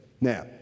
Now